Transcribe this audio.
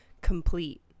complete